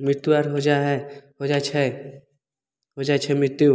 मृत्यु आर हो जाइ हइ हो जाइ छै हो जाइ छै मृत्यु